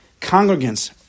congregants